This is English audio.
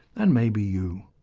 and maybe you.